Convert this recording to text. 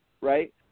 right